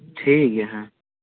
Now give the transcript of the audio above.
ᱴᱷᱤᱠ ᱜᱮᱭᱟ ᱦᱮᱸ